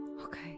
Okay